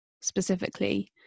specifically